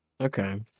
Okay